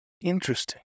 Interesting